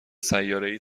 سیارهای